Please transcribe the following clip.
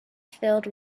filled